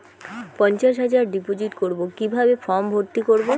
পঞ্চাশ হাজার ডিপোজিট করবো কিভাবে ফর্ম ভর্তি করবো?